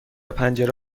پنجره